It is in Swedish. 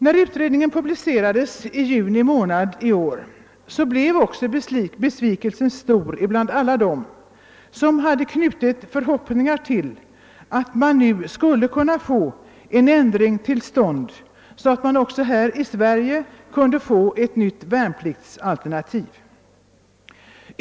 När utredningens betänkande publicerades i juni i år blev besvikelsen stor bland alla dem som hade knutit förhoppningar till att man skulle kunna få en ändring till stånd, så att man också här i Sverige kunde få ett nytt värnpliktsalternativ.